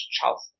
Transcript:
Charles